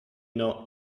know